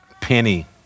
Penny